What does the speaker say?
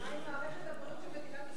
מה עם מערכת הבריאות של מדינת ישראל?